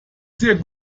sehr